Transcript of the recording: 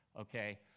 okay